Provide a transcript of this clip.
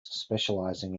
specialising